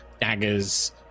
daggers